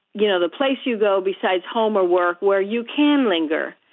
you know, the place you go besides home or work where you can linger.